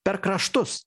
per kraštus